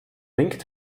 winkt